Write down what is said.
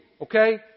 okay